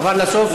עבר לסוף.